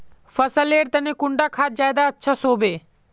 फसल लेर तने कुंडा खाद ज्यादा अच्छा सोबे?